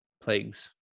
plagues